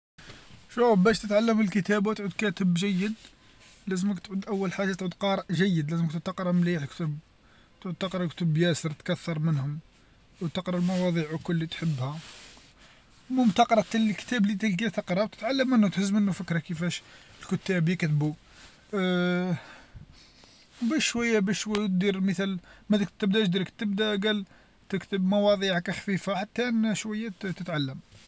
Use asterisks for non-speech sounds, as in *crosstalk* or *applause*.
شوف باش تتعلم الكتابه وتعود كاتب جيد لازمك تعود أول حاجه تعود قارئ جيد، لازمك تقعد تقرا مليح الكتب، تعود تقرا كتب ياسر، تكثر منهم، وتقرا المواضيع وكل اللي تحبها، المهم تقرا تا الكتاب اللي تلقاه تقراه وتتعلم منو تهز منو فكره كيفاش الكتاب يكتبو *hesitation* بشويه بشوي ودير مثال ما تبداش مباشرة تبدا قال تكتب مواضيع هاكا خفيفه حتان شويه تتعلم.